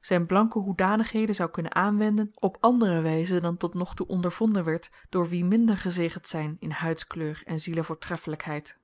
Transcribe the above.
zyn blanke hoedanigheden zou kunnen aanwenden op àndere wyze dan tot nog toe ondervonden werd door wie minder gezegend zyn in huidskleur en zielevoortreffelykheid